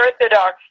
Orthodox